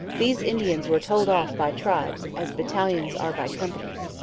these indians were told off by tribes, as battalions are by companies.